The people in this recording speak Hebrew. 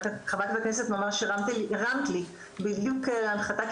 חברת הכנסת ממש הרמת לי בדיוק להנחתה,